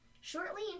Shortly